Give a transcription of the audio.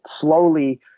slowly